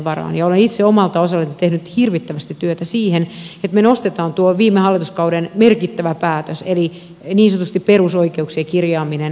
olen itse omalta osaltani tehnyt hirvittävästi työtä sen eteen että me nostamme tuota velvoitetta liittyen tuohon viime hallituskauden merkittävään päätökseen eli niin sanotusti perusoikeuksien kirjaamiseen